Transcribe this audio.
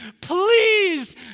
please